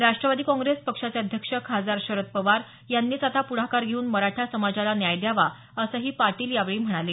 राष्ट्रवादी काँग्रेस पक्षाचे अध्यक्ष खासदार शरद पवार यांनीच आता पुढाकार घेऊन मराठा समाजाला न्याय द्यावा असंही पाटील यावेळी म्हणाले